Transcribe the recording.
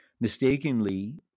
mistakenly